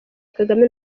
kagame